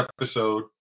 episode